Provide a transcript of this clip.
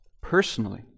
personally